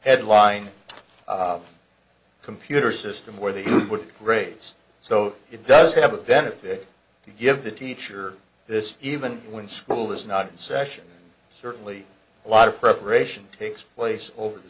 headline computer system where they would race so it does have a benefit to give the teacher this even when school is not in session certainly a lot of preparation takes place over the